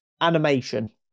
Animation